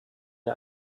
der